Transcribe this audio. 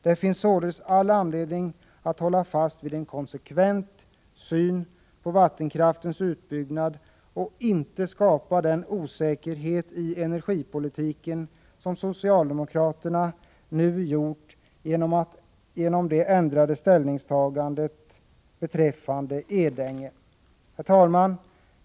Det finns således anledning att hålla fast vid en konsekvent syn på vattenkraftens utbyggnad och inte skapa den osäkerhet i energipolitiken som socialdemokraterna nu gjort genom det ändrade ställningstagandet beträffande Edänge. Herr talman!